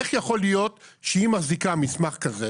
איך יכול להיות שהיא מחזיקה מסמך כזה,